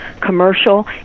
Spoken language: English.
commercial